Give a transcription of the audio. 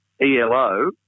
ELO